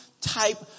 type